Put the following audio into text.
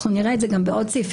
אנחנו נראה את זה גם בעוד סעיפים